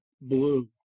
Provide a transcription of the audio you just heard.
blue